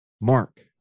mark